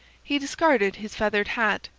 he discarded his feathered hat,